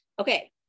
okay